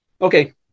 Okay